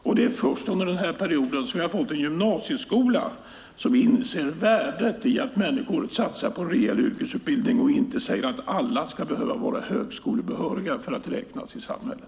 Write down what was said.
Det är också först under denna period vi har fått en gymnasieskola som inser värdet i att människor satsar på en rejäl yrkesutbildning och inte säger att alla ska behöva vara högskolebehöriga för att räknas i samhället.